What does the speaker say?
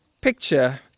picture